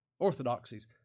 orthodoxies